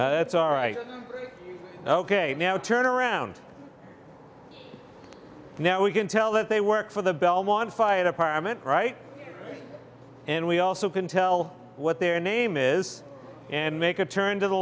it's all right ok now turn around now we can tell that they work for the bell one fire department right and we also can tell what their name is and make a turn to the